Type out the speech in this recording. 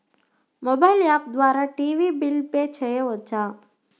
Mobile app ద్వారా TV bill pay చేయవచ్చా?